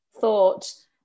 thought